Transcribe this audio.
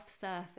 surface